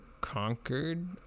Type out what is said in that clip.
conquered